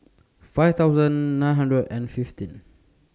five thousand nine hundred and fifteen